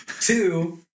two